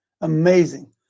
amazing